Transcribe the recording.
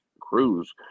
Cruz